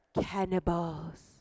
cannibals